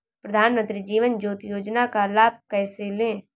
प्रधानमंत्री जीवन ज्योति योजना का लाभ कैसे लें?